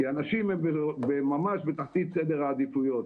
כי הנשים הן ממש בתחתית סדר העדיפויות,